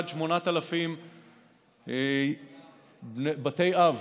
עד 8,000 בתי אב